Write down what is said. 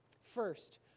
First